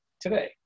today